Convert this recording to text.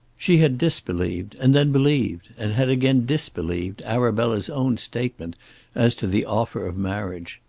she had disbelieved, and then believed, and had again disbelieved arabella's own statement as to the offer of marriage.